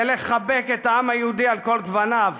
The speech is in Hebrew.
ולחבק את העם היהודי על כל גווניו,